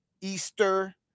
Easter